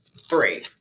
three